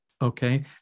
Okay